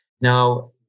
Now